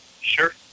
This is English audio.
Sure